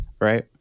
right